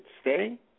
stay